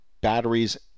batteries